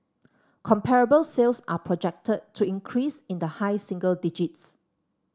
comparable sales are projected to increase in the high single digits